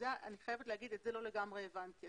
אני חייבת לומר שאת זה לא לגמרי הבנתי.